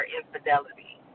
infidelity